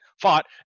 fought